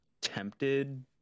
tempted